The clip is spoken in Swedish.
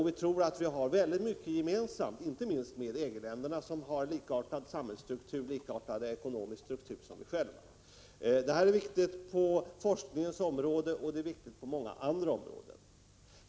Vi tror att Sverige har mycket gemensamt, inte minst med EG-länderna, som har en samhällsstruktur och ekonomisk struktur liknande Sveriges. Samarbete är viktigt, på forskningens område och på många andra områden.